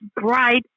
bright